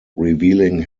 revealing